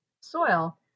soil